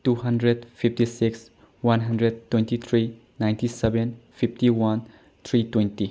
two hundred fifty six one hundred twenty three ninety seven fifty one three twenty